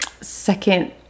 second